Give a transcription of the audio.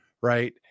Right